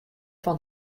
fan